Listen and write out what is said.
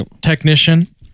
technician